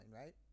right